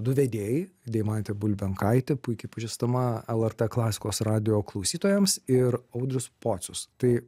du vedėjai deimantė bulbenkaitė puikiai pažįstama lrt klasikos radijo klausytojams ir audrius pocius tai